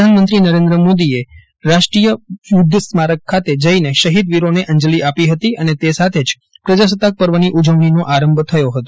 પ્રધાનમંત્રી નરેન્દ્ર મોદીએ રાષ્ટ્રીય યુધ્ધ સ્મારક ખાતે જઇને શહિદ વિરોને અંજલી આપી હતી ૈ ને તે સાથે જ પ્રજાસત્તાક પર્વની ઉજવણીનો આરંભ થયો હતો